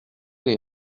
les